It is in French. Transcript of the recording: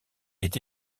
est